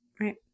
Right